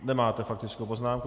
Nemáte faktickou poznámku.